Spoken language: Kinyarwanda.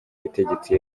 butegetsi